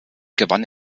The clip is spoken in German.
gewann